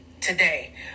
today